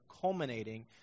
culminating